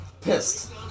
pissed